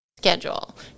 Schedule